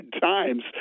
times